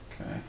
Okay